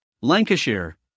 Lancashire